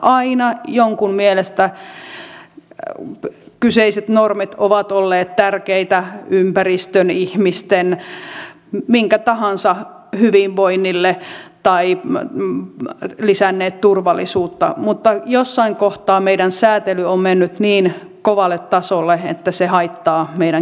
aina jonkun mielestä kyseiset normit ovat olleet tärkeitä ympäristön ihmisten minkä tahansa hyvinvoinnille tai lisänneet turvallisuutta mutta jossain kohtaa meidän säätelymme on mennyt niin kovalle tasolle että se haittaa meidän kilpailukykyämme